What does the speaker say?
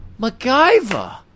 MacGyver